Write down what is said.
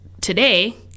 today